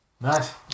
Nice